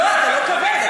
לא, אתה לא כבד.